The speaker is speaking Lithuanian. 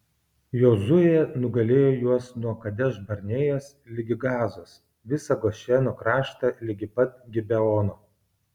jozuė nugalėjo juos nuo kadeš barnėjos ligi gazos visą gošeno kraštą ligi pat gibeono